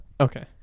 okay